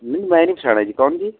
ਨਹੀਂ ਮੈਂ ਨਹੀਂ ਪਛਾਣਿਆ ਜੀ ਕੌਣ ਜੀ